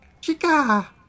Chica